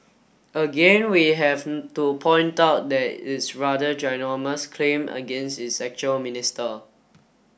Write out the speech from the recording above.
again we have to point out that it's rather ginormous claim against is actual minister